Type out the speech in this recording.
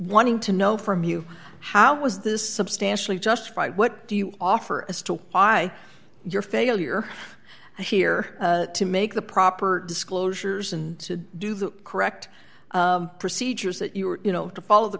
wanting to know from you how was this substantially justified what do you offer as to why your failure here to make the proper disclosures and to do the correct procedures that you were you know to follow the